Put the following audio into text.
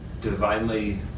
divinely